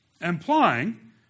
implying